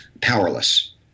powerless